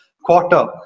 quarter